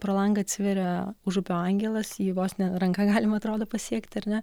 pro langą atsiveria užupio angelas jį vos ne ranka galima atrodo pasiekti ar ne